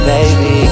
Baby